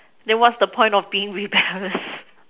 then what's the point of being rebellious